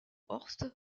horst